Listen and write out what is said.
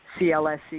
CLSC